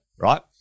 right